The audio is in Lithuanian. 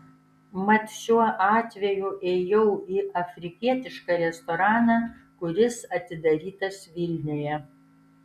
mat šiuo atveju ėjau į afrikietišką restoraną kuris atidarytas vilniuje